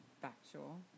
Factual